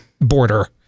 border